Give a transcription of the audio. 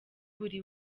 buri